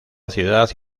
ciudad